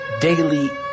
daily